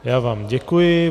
Já vám děkuji.